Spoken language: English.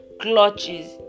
clutches